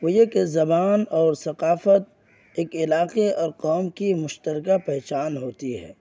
وہ یہ کہ زبان اور ثقافت ایک علاقے اور قوم کی مشترکہ پہچان ہوتی ہے